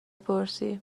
پرسی